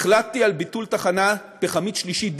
החלטתי על ביטול תחנה פחמית שלישית,